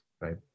right